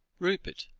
rupert,